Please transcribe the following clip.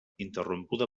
interrompuda